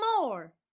more